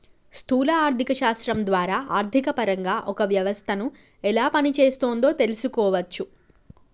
స్థూల ఆర్థిక శాస్త్రం ద్వారా ఆర్థికపరంగా ఒక వ్యవస్థను ఎలా పనిచేస్తోందో తెలుసుకోవచ్చు